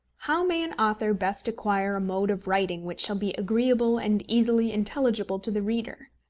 how may an author best acquire a mode of writing which shall be agreeable and easily intelligible to the reader?